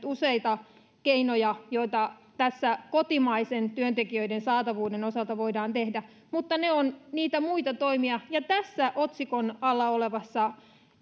useita keinoja joita tässä kotimaisten työntekijöiden saatavuuden osalta voidaan tehdä mutta ne ovat niitä muita toimia en ymmärrä sitä että tässä otsikon alla olevassa